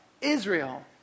Israel